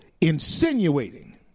insinuating